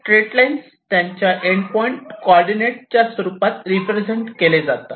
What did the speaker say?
straight lines त्यांच्या end point coordinate च्या स्वरूपात रिप्रेझेंट केले जातात